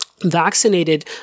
vaccinated